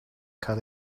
cael